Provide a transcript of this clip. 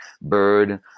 bird